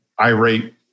irate